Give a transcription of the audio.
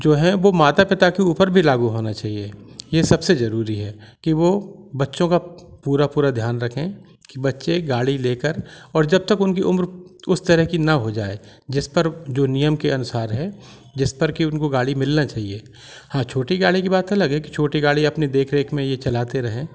जो हैं वो माता पिता के ऊपर भी लागू होना चाहिए ये सबसे जरूरी है कि वो बच्चों का पूरा पूरा ध्यान रखें कि बच्चे गाड़ी लेकर और जब तक उनकी उम्र उस तरह कि ना हो जाए जिस पर जो नियम के अनुसार है जिस स्तर की उनको गाड़ी मिलना चाहिए हाँ छोटी गाड़ी कि बात अलग है कि छोटी गाड़ी अपने देख रेख में ये चलाते रहें